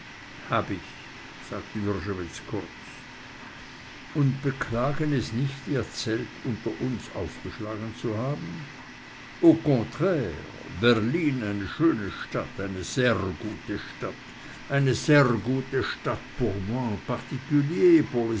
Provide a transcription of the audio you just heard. hab ich sagte wrschowitz kurz und beklagen es nicht ihr zelt unter uns aufgeschlagen zu haben au contraire berlin eine schöne stadt eine serr gutte stadt eine serr gutte stadt